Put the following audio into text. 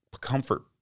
comfort